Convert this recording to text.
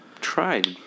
tried